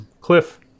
Cliff